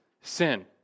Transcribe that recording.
sin